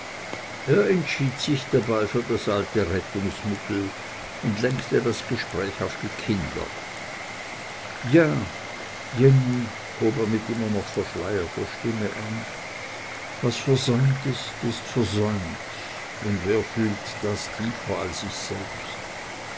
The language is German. entschied sich dabei für das alte rettungsmittel und lenkte das gespräch auf die kinder ja jenny hob er mit immer noch verschleierter stimme an was versäumt ist ist versäumt und wer fühlte das tiefer als ich selbst